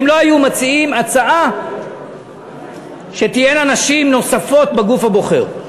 הם לא היו מציעים הצעה שתהיינה נשים נוספות בגוף הבוחר.